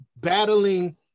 battling